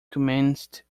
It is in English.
commenced